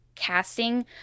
casting